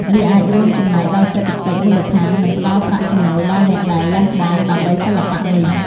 វាអាចរួមចំណែកដល់សេដ្ឋកិច្ចមូលដ្ឋាន និងផ្តល់ប្រាក់ចំណូលដល់អ្នកដែលលះបង់ដើម្បីសិល្បៈនេះ។